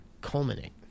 culminate